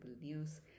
news